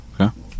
Okay